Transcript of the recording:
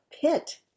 pit